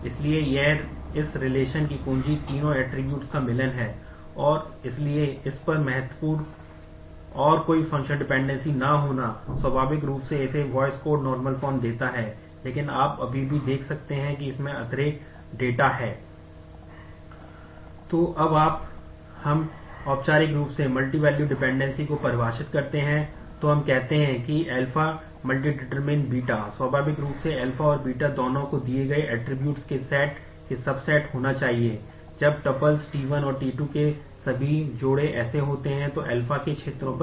तो अब हम एक औपचारिक तरीके से मल्टीवैल्यूड डिपेंडेंसी पर